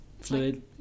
fluid